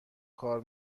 کار